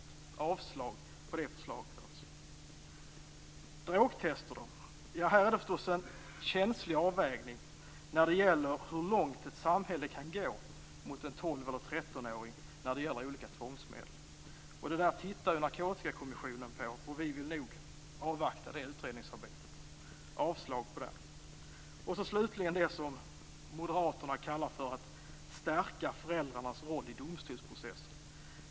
Jag yrkar alltså avslag på det förslaget. I fråga om drogtester är det förstås en känslig avvägning när det gäller hur långt samhället kan gå med olika tvångsmedel mot en 12-13-åring. Detta ser Narkotikakommissionen på, och vi vill nog avvakta det utredningsarbetet. Jag yrkar avslag också på det förslaget. Slutligen går jag över till det som moderaterna kallar för att stärka föräldrarnas roll i domstolsprocessen.